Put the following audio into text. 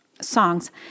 songs